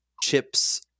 Chip's